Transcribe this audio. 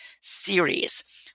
series